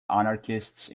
anarchists